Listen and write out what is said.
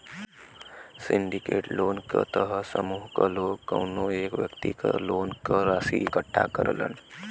syndicate loan क तहत समूह क लोग कउनो एक व्यक्ति क लोन क राशि इकट्ठा करलन